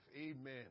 Amen